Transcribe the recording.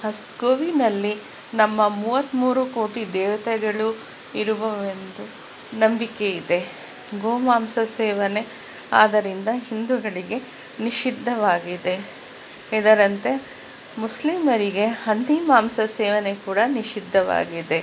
ಹಸು ಗೋವಿನಲ್ಲಿ ನಮ್ಮ ಮೂವತ್ತ್ಮೂರು ಕೋಟಿ ದೇವತೆಗಳು ಇರುವುವೆಂದು ನಂಬಿಕೆ ಇದೆ ಗೋಮಾಂಸ ಸೇವನೆ ಆದ್ದರಿಂದ ಹಿಂದೂಗಳಿಗೆ ನಿಷಿದ್ಧವಾಗಿದೆ ಇದರಂತೆ ಮುಸ್ಲೀಮರಿಗೆ ಹಂದಿ ಮಾಂಸ ಸೇವನೆ ಕೂಡ ನಿಷಿದ್ಧವಾಗಿದೆ